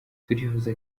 turifuza